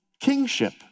kingship